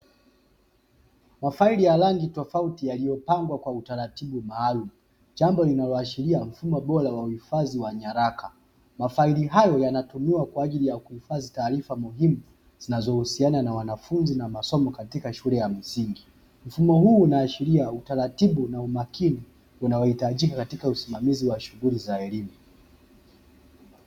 Mafaili ya rangi tofauti yaliyopangwa kwa utaratibu maalumu, jambo linaloashiria mfumo bora wa uhifadhi wa nyaraka, mafaili hayo yanatumiwa kwa ajili ya kuhifadhi taarifa muhimu zinazohusiana na wanafunzi na masomo katika shule ya msingi. Mfumo huu unaashiria utaratibu na umakini unaohitajika katika usimamizi wa shughuli za elimu.